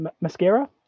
mascara